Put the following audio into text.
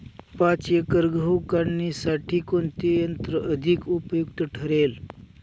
पाच एकर गहू काढणीसाठी कोणते यंत्र अधिक उपयुक्त ठरेल?